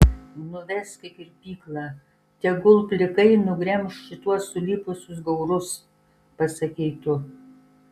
nuvesk į kirpyklą tegul plikai nugremš šituos sulipusius gaurus pasakei tu